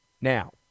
Now